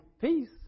peace